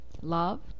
love